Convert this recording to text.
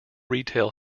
retail